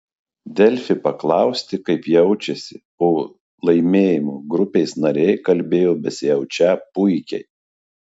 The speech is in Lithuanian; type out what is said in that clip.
delfi paklausti kaip jaučiasi po laimėjimo grupės nariai kalbėjo besijaučią puikiai